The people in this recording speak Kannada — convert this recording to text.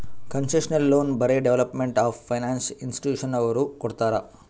ಕನ್ಸೆಷನಲ್ ಲೋನ್ ಬರೇ ಡೆವೆಲಪ್ಮೆಂಟ್ ಆಫ್ ಫೈನಾನ್ಸ್ ಇನ್ಸ್ಟಿಟ್ಯೂಷನದವ್ರು ಕೊಡ್ತಾರ್